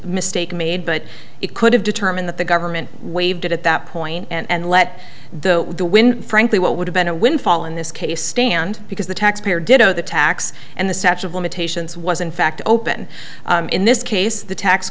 mistake made but it could have determined that the government waived it at that point and let the wind frankly what would have been a windfall in this case stand because the taxpayer did know the tax and the statue of limitations was in fact open in this case the tax